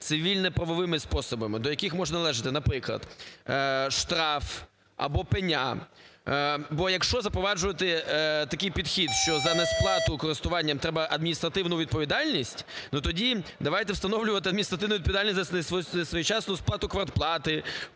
цивільно-правовими способами, до яких можуть належати, наприклад, штраф або пеня. Бо, якщо запроваджувати такий підхід, що за несплату користування треба адміністративну відповідальність, то тоді давайте встановлювати адміністративну відповідальність за несвоєчасну сплати квартплати,